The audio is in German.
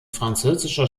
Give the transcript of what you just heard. französischer